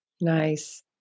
Nice